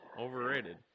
Overrated